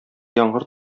яңгыр